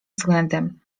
względem